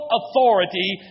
authority